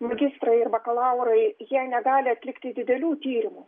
magistrai ir bakalaurai jie negali atlikti didelių tyrimų